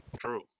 True